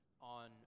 on